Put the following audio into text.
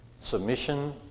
submission